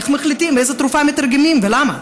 איך מחליטים לאיזו תרופה מתרגמים ולמה?